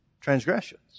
transgressions